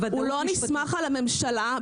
הוא לא נסמך על הממשלה.